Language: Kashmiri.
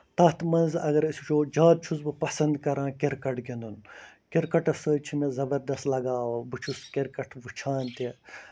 تَتھ منٛز اَگر أسۍ وٕچھو زیادٕ چھُس بہٕ پَسند کران کِرکَٹ گِندُن کَرکَٹس سۭتۍ چھُ مےٚ زَبردست لَگاو بہٕ چھُس کِرکَٹ وٕچھان تہِ